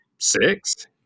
Six